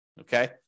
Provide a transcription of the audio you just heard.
Okay